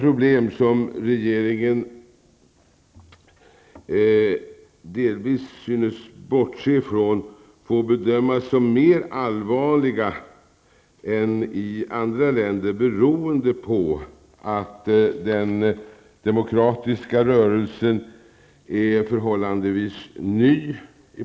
Problemen, som regeringen delvis synes bortse ifrån, får bedömas som mera allvarliga än i andra länder, beroende på att den demokratiska rörelsen i Baltikum är förhållandevis ny.